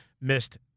missed